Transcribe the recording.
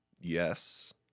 Yes